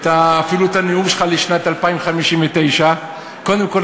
אפילו את הנאום שלך לשנת 2059. קודם כול,